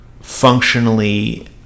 functionally